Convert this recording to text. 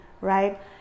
right